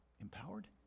empowered